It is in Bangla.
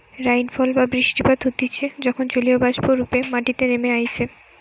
রাইনফল বা বৃষ্টিপাত হতিছে যখন জলীয়বাষ্প রূপে মাটিতে নেমে আইসে